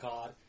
God